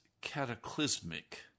cataclysmic